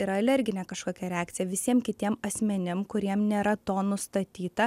yra alerginė kažkokia reakcija visiem kitiem asmenim kuriem nėra to nustatyta